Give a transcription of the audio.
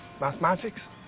Mathematics